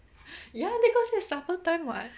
ya because that's supper time [what]